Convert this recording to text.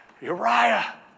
Uriah